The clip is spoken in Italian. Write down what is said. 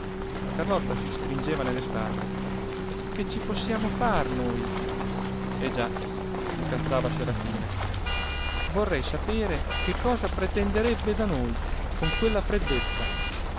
carlotta si stringeva nelle spalle che ci possiamo far noi eh già incalzava serafina vorrei sapere che cosa pretenderebbe da noi con quella freddezza